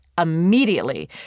immediately